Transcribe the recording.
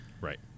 Right